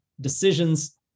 decisions